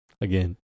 Again